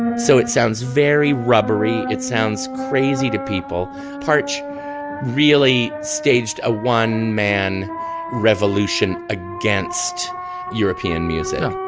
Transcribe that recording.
and so it sounds very rubbery it sounds crazy to people perch really staged a one man revolution against european musical